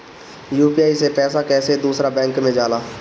UPI से पैसा कैसे दूसरा बैंक मे जाला?